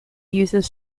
uses